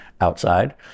outside